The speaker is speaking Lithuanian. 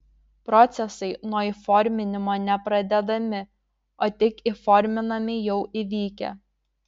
procesai nuo įforminimo ne pradedami o tik įforminami jau įvykę